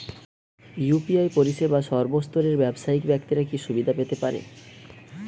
UPI পরিসেবা সর্বস্তরের ব্যাবসায়িক ব্যাক্তিরা কি সুবিধা পেতে পারে?